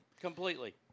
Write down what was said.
Completely